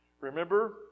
remember